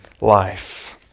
life